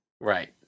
Right